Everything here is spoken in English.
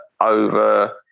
over